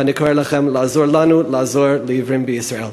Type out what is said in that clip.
ואני קורא לכם לעזור לנו לעזור לעיוורים בישראל.